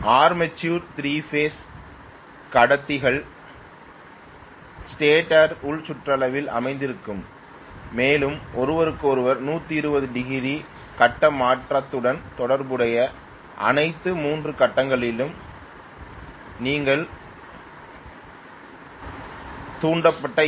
ஆர்மேச்சரில் 3 phase கடத்திகள் ஸ்டேட்டரின் உள் சுற்றளவில் அமைந்திருக்கும் மேலும் ஒருவருக்கொருவர் 120 டிகிரி கட்ட மாற்றத்துடன் தொடர்புடைய அனைத்து 3 கட்டங்களிலும் நீங்கள் தூண்டப்பட்ட ஈ